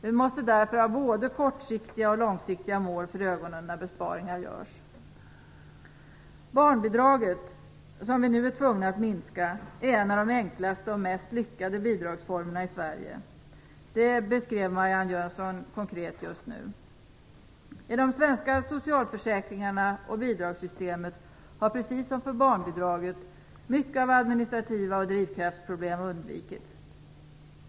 Man måste därför ha både kortsiktiga och långsiktiga mål för ögonen när besparingar görs. Barnbidraget, som vi nu är tvungna att minska, är en av de enklaste och mest lyckade bidragsformerna i Sverige. Det beskrev Marianne Jönsson konkret just nu. I de svenska socialförsäkringarna och bidragssystemet har precis som för barnbidraget mycket av administrativa problem och drivkraftsproblem undvikits.